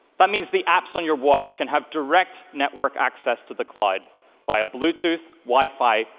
that means the apps on your watch can have direct network access to the cloud via bluetooth, wifi,